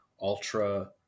ultra